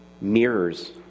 mirrors